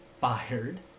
fired